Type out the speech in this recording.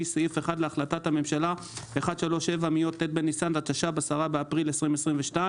סעיף 1 להחלטת הממשלה מס' 1371 מיום ט' בניסן התשפ"ב (10 באפריל 2022),